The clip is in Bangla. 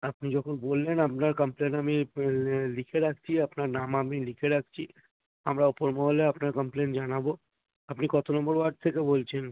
আপনি যখন বললেন আপনার কমপ্লেন আমি লিখে রাখছি আপনার নাম আমি লিখে রাখছি আমরা ওপর মহলে আপনার কমপ্লেন জানাবো আপনি কতো নম্বর ওয়ার্ড থেকে বলছেন